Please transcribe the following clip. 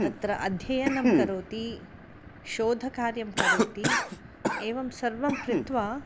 तत्र अध्ययनं करोति शोधकार्यं करोति एवं सर्वं कृत्वा